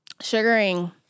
Sugaring